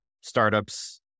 startups